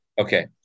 Okay